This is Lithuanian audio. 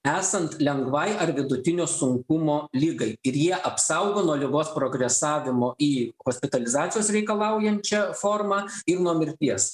esant lengvai ar vidutinio sunkumo ligai ir jie apsaugo nuo ligos progresavimo į hospitalizacijos reikalaujančią formą ir nuo mirties